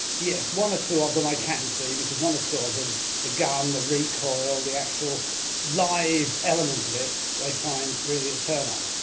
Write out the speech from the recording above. yes, one or two of them i can see, for one or two of them the gun, the recoil, the actual live element of it they find really a turn on.